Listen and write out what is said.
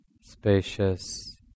spacious